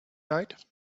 night